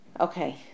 Okay